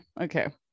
okay